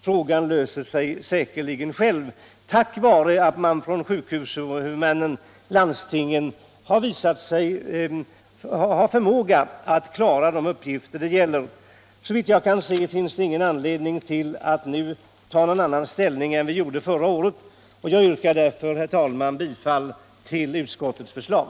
Frågan löser sig säkerligen själv tack vare att sjukhushuvudmännen — landstingen — har visat sig ha förmåga att klara de uppgifter det gäller. Såvitt jag kan se finns det ingen anledning att nu ta någon annan ställning än vi gjorde förra året, och jag yrkar därför, herr talman, bifall till utskottets förslag.